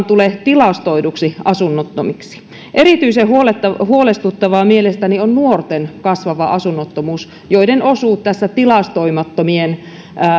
tule tilastoiduksi asunnottomiksi erityisen huolestuttavaa huolestuttavaa mielestäni on nuorten kasvava asunnottomuus joiden osuus tässä tilastoimattomien